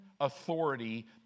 authority